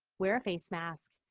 wear a face mask,